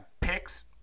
picks